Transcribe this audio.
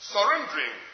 Surrendering